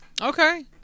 Okay